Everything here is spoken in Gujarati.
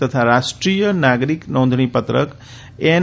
તથા રાષ્ટ્રીય નાગરિક નોંધણીપત્રક એન